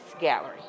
Gallery